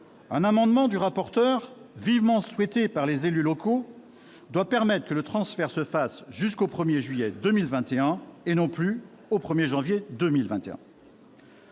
un amendement du rapporteur, vivement souhaité par les élus locaux, doit permettre que celui-ci se fasse jusqu'au 1 juillet 2021 et non plus au 1 janvier de